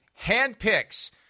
handpicks